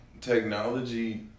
Technology